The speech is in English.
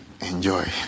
Enjoy